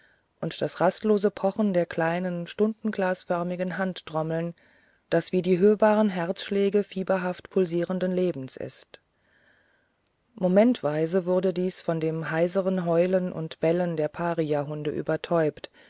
und das rastlose pochen der kleinen stundenglasförmigen handtrommeln das wie die hörbaren herzschläge fieberhaft pulsierenden lebens ist momentweise wurde dies von dem heiseren heulen und bellen der pariahunde übertäubt